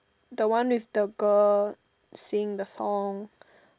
the one with the girl singing the song